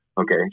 Okay